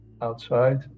outside